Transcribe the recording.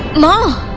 no